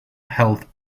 health